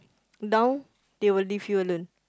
down they will leave you alone